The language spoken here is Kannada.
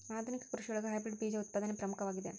ಆಧುನಿಕ ಕೃಷಿಯೊಳಗ ಹೈಬ್ರಿಡ್ ಬೇಜ ಉತ್ಪಾದನೆ ಪ್ರಮುಖವಾಗಿದೆ